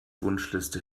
wunschliste